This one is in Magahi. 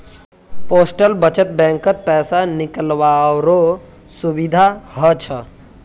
पोस्टल बचत बैंकत पैसा निकालावारो सुविधा हछ